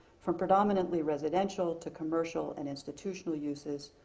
from predominantly residential to commercial and institutional uses,